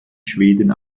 schweden